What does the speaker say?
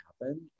happen